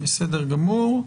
בסדר גמור.